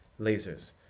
Lasers